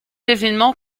événement